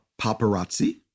paparazzi